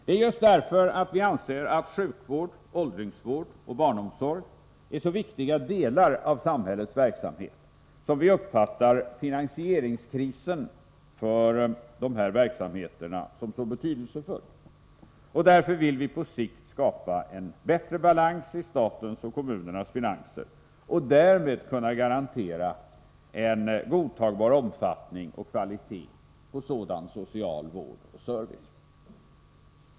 Det är just därför att vi anser att sjukvård, åldringsvård och barnomsorg är så viktiga delar av samhällets verksamhet som vi uppfattar finansieringskrisen för de här verksamheterna som så betydelsefull, och därför vill vi på sikt skapa en bättre balans i statens och kommunernas finanser och därmed kunna garantera en godtagbar omfattning och kvalitet på sådan social vård och service.